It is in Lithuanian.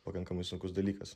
pakankamai sunkus dalykas